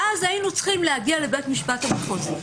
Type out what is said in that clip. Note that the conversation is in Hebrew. ואז היינו צריכים להגיע לבית המשפט המחוזי,